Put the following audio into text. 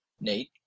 Nate